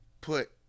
put